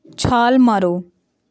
ਛਾਲ ਮਾਰੋ